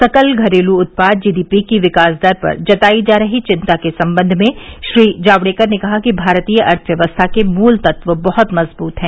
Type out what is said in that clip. सकल घरेलू उत्पाद जी डी पी की विकास दर पर जताई जा रही चिंता के संबंध में श्री जावड़ेकर ने कहा कि भारतीय अर्थव्यवस्था के मूल तत्व बहुत मजबूत है